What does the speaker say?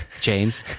James